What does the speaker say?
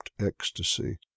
ecstasy